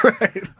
Right